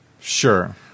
Sure